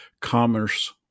Commerce